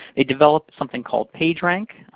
they developed something called pagerank,